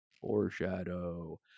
Foreshadow